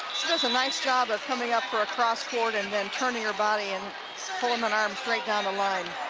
she does a nice job of coming up for a crosscourt and and turning her body and pulling um an arm straight down the line.